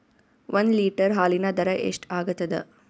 ಒಂದ್ ಲೀಟರ್ ಹಾಲಿನ ದರ ಎಷ್ಟ್ ಆಗತದ?